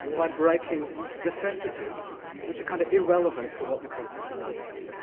by breaking necessities which are kind of irrelevant to what the concepts are about.